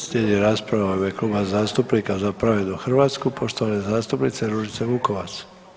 Slijedi rasprava u ime Kluba zastupnika Za pravednu Hrvatsku poštovane zastupnice Ružice Vukovac.